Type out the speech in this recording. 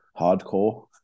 hardcore